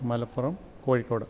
Malappuram Kozhikode